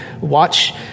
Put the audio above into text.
watch